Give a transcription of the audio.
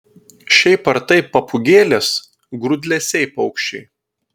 šiaip ar taip papūgėlės grūdlesiai paukščiai